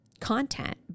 content